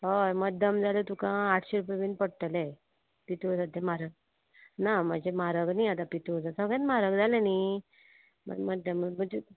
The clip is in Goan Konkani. हय मध्यम जालें तुका आठशें रुपया बीन पडटलें पितूळ सद्द्या म्हारग ना म्हाजें म्हारग न्ही आतां पितूळ सगळ्यांत म्हारग जालें न्ही मध्यम म्हणजें